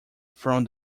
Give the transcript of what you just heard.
from